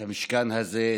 את המשכן הזה,